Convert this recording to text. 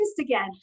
again